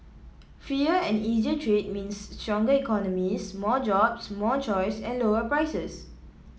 freer and easier trade means stronger economies more jobs more choice and lower prices